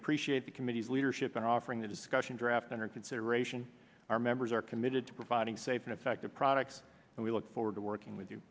appreciate the committee's leadership in offering the discussion draft under consideration our members are committed to providing safe and effective products and we look forward to working with you